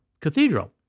cathedral